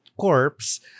corpse